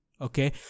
okay